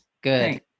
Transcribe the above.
Good